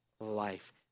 life